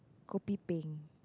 kopi peng